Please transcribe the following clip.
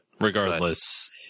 regardless